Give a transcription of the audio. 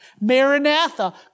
Maranatha